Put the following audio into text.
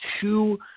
two